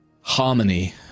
harmony